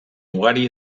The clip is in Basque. ugari